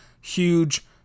huge